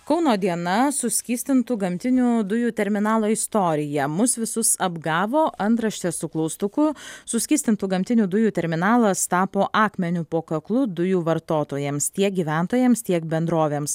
kauno diena suskystintų gamtinių dujų terminalo istorija mus visus apgavo antraštė su klaustuku suskystintų gamtinių dujų terminalas tapo akmeniu po kaklu dujų vartotojams tiek gyventojams tiek bendrovėms